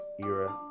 era